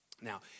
Now